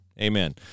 Amen